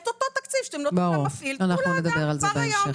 את אותו תקציב שאתם נותנים למפעיל תנו לאדם כבר היום.